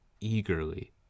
eagerly